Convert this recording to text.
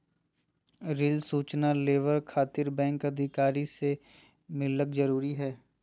Rail सूचना labour खातिर bank अधिकारी से मिलक जरूरी है?